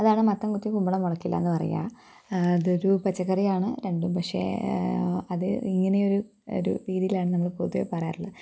അതാണ് മത്തന് കുത്തിയാൽ കുമ്പളം മുളയ്ക്കില്ല എന്ന് പറയുക അതൊരു പച്ചക്കറിയാണ് രണ്ടും പക്ഷെ അത് ഇങ്ങനെ ഒരു ഒരു രീതീലാണ് നമ്മള് പൊതുവേ പറയാറുള്ളത്